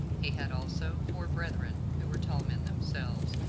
he had also four brethren, who were tall men themselves,